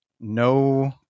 no